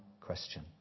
question